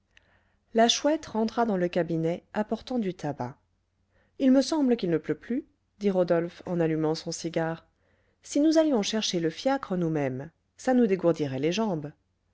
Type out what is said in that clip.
la chouette rentra dans le cabinet apportant du tabac il me semble qu'il ne pleut plus dit rodolphe en allumant son cigare si nous allions chercher le fiacre nous-mêmes ça nous dégourdirait les jambes